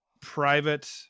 private